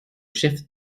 chef